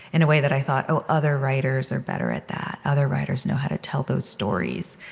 in a way that i thought, oh, other writers are better at that. other writers know how to tell those stories.